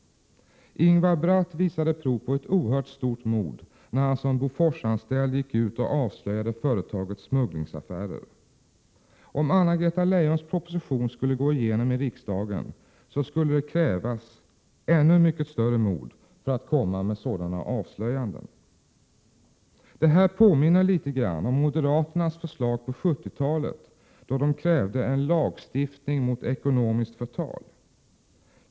Ingvar Bratt visade prov på ett oerhört stort mod när han som Boforsanställd gick ut och avslöjade företagets smugglingsaffärer. Om Anna-Greta Leijons proposition skulle gå igenom i riksdagen, skulle det krävas ännu mycket större mod för att komma med sådana avslöjanden. Det här påminner litet grand om moderaternas förslag på 70-talet, då de krävde en lagstiftning mot ekonomiskt förtal.